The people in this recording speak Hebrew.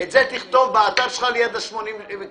את זה תכתוב באתר שלך ליד ה-80 קורסים שעשית.